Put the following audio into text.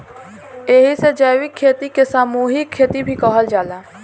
एही से जैविक खेती के सामूहिक खेती भी कहल जाला